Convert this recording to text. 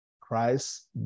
Christ